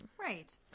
right